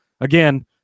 again